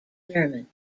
german